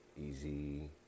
easy